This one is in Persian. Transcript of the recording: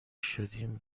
شدیم